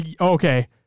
okay